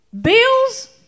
Bills